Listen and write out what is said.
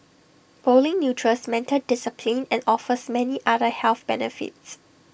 bowling nurtures mental discipline and offers many other health benefits